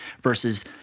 versus